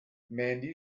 mandy